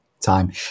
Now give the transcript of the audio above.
time